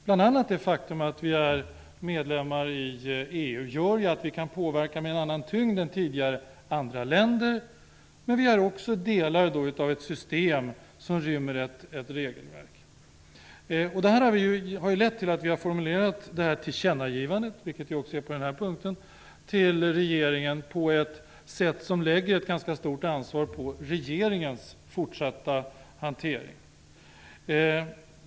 Bl.a. det faktum att Sverige är medlem i EU gör att vi i Sverige kan påverka andra länder med en annan tyngd än tidigare. Vi är också en del av ett system som rymmer ett regelverk. Detta har lett till att vi har formulerat detta tillkännagivande till regeringen på ett sätt som lägger ett ganska stort ansvar på regeringens fortsatta hantering.